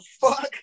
fuck